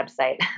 website